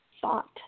thought